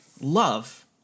love